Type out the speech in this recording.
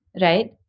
right